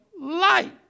light